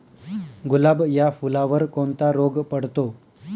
गुलाब या फुलावर कोणता रोग पडतो?